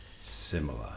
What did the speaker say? similar